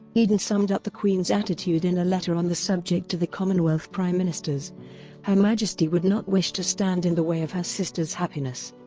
eden summed up the queen's attitude in a letter on the subject to the commonwealth prime ministers her majesty would not wish to stand in the way of her sister's happiness.